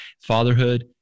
fatherhood